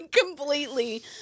completely